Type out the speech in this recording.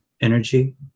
energy